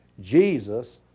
Jesus